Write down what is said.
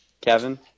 Kevin